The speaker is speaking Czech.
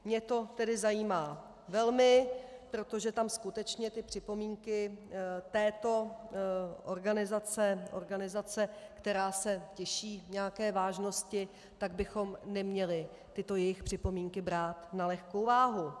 Mě to tedy zajímá velmi, protože tam skutečně připomínky této organizace, organizace, která se těší nějaké vážnosti, tak bychom neměli tyto jejich připomínky brát na lehkou váhu.